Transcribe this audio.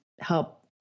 help